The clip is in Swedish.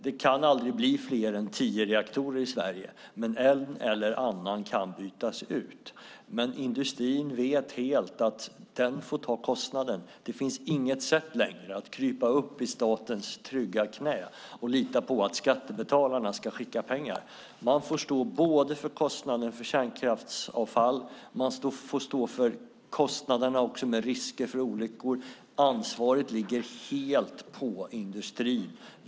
Det kan aldrig bli fler än tio reaktorer i Sverige, men en eller annan kan bytas ut. Industrin vet att den får ta kostnaden. Det finns inte längre något sätt att krypa upp i statens trygga knä och lita på att skattebetalarna ska skicka pengar. Man får stå för kostnaderna för kärnkraftsavfallet. Man får också stå för riskerna för olyckor. Ansvaret vilar helt på industrin.